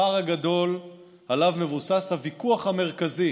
הפער הגדול שעליו מבוסס הוויכוח המרכזי